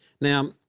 Now